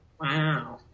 Wow